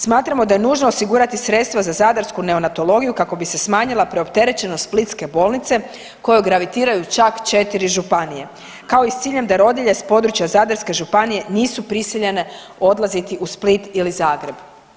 Smatramo da je nužno osigurati sredstva za zadarsku neonatologiju kako bi se smanjila preopterećenost splitske bolnice kojoj gravitiraju čak 4 županije kao i s ciljem da rodilje s područja Zadarske županije nisu prisiljene odlaziti u Split ili Zagreb.